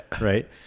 right